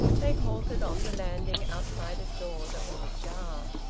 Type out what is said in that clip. they halted on the landing, outside a door that was ajar.